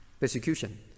Persecution